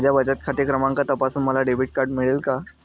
माझा बचत खाते क्रमांक तपासून मला डेबिट कार्ड मिळेल का?